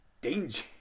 danger